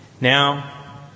Now